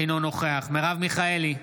אינו נוכח מרב מיכאלי,